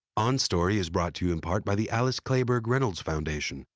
on story is brought to you in part by the alice kleberg reynolds foundation,